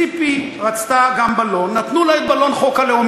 ציפי רצתה גם בלון, נתנו לה את בלון חוק הלאום.